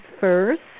first